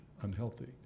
unhealthy